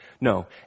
No